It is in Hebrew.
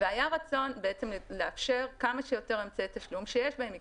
והיה רצון לאפשר כמה שיותר אמצעי תשלום שיש בהם עקבות.